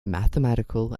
mathematical